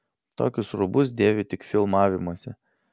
tokius rūbus dėviu tik filmavimuose